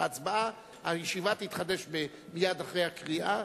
הישיבה תתחדש מייד אחרי הקריאה